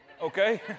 Okay